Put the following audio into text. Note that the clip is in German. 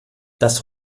das